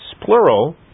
plural